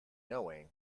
knowing